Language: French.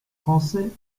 français